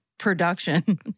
Production